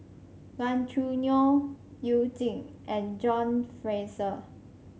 Gan Choo Neo You Jin and John Fraser